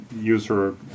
user